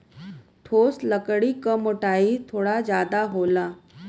ठोस लकड़ी क मोटाई थोड़ा जादा होला